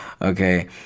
okay